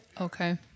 Okay